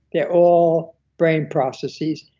they're all brain processes.